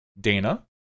Dana